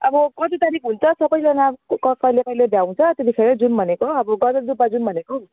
अब कति तारिक हुन्छ सबैजना क कहिले कहिले भ्याउँछ त्यतिखेरै जाऊँ भनेको अब गजलडुबा जाऊँ भनेको हौ